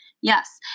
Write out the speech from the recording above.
Yes